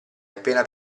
appena